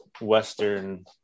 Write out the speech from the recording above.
Western